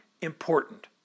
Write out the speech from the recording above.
important